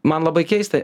man labai keista